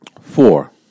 four